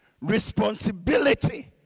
responsibility